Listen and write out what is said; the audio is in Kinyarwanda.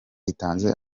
itanze